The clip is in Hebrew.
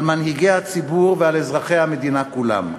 על מנהיגי הציבור ועל אזרחי המדינה כולם.